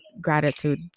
gratitude